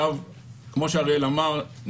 כמו שאריאל אמר,